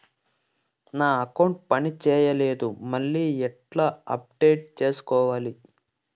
నా అకౌంట్ పని చేయట్లేదు మళ్ళీ ఎట్లా అప్డేట్ సేసుకోవాలి?